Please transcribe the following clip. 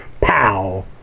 pow